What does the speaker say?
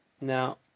Now